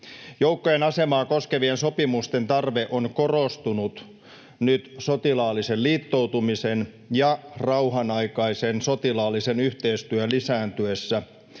Joukkojen asemaa koskevien sopimusten tarve on korostunut nyt sotilaallisen liittoutumisen ja rauhanaikaisen sotilaallisen yhteistyön lisääntyessä,